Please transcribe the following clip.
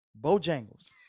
Bojangles